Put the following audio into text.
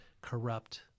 corrupt